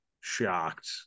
shocked